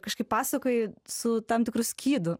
kažkaip pasakoji su tam tikru skydu